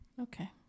okay